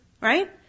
right